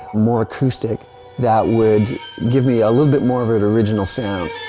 more acoustic that would give me a little bit more of an original sound.